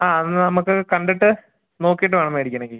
ആ ഒന്ന് നമുക്കത് കണ്ടിട്ട് നോക്കിയിട്ട് വേണം മേടിക്കാനൊക്കെ